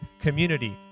community